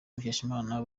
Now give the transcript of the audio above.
mukeshimana